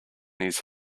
his